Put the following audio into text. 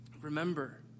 remember